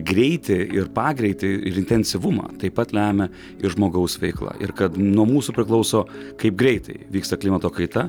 greitį ir pagreitį ir intensyvumą taip pat lemia ir žmogaus veikla ir kad nuo mūsų priklauso kaip greitai vyksta klimato kaita